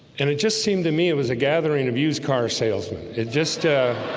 and it just seemed to me it was a gathering of used-car salesmen. it just